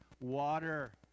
water